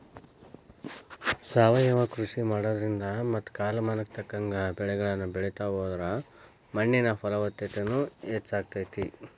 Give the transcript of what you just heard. ಸಾವಯವ ಕೃಷಿ ಮಾಡೋದ್ರಿಂದ ಮತ್ತ ಕಾಲಮಾನಕ್ಕ ತಕ್ಕಂಗ ಬೆಳಿಗಳನ್ನ ಬೆಳಿತಾ ಹೋದ್ರ ಮಣ್ಣಿನ ಫಲವತ್ತತೆನು ಹೆಚ್ಚಾಗ್ತೇತಿ